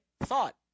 thought